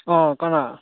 ꯑꯥ ꯀꯅꯥ